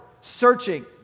searching